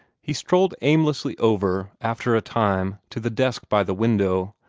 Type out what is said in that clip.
he strolled aimlessly over, after a time, to the desk by the window,